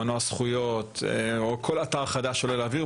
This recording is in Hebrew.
מנוע זכויות או כל אתר חדש שעולה לאוויר,